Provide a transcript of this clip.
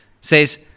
says